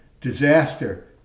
disaster